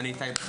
אני איתי בכר,